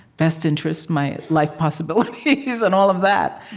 best interests, my life possibilities, and all of that,